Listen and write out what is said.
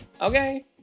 Okay